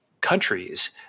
countries